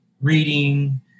reading